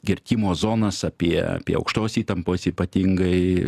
kirtimo zonas apie apie aukštos įtampos ypatingai